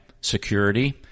security